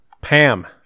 Pam